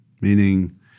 meaning